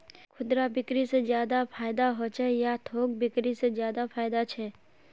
खुदरा बिक्री से ज्यादा फायदा होचे या थोक बिक्री से ज्यादा फायदा छे?